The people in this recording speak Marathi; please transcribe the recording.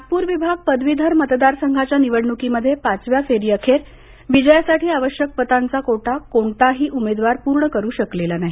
नागपूर विभाग पदवीधर मतदार संघाच्या निवडणुकीमध्ये पाचव्या फेरीअखेर विजयासाठी आवश्यक मतांचा कोटा कोणताही उमेदवार पूर्ण करू शकला नाही